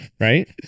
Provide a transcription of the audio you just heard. Right